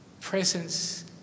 presence